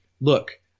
look